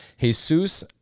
Jesus